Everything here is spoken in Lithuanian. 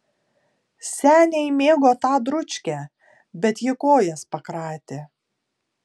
seniai mėgo tą dručkę bet ji kojas pakratė